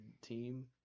team